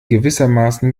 gewissermaßen